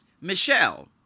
Michelle